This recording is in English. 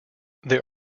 there